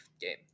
game